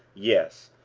yes,